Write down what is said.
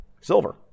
Silver